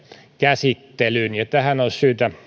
käsittelyn ja tähän olisi syytä